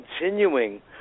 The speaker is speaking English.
continuing